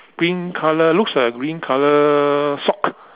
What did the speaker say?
green colour looks like a green colour sock